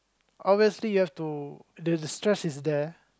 obviously you have to there's a stress is there